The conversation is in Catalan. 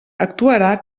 actuarà